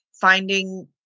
finding